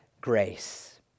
grace